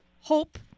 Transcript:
hope